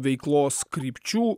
veiklos krypčių